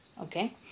okay